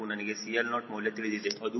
ನನಗೆ CL0 ಮೌಲ್ಯ ತಿಳಿದಿದೆ ಅದು 0